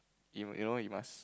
you you know you must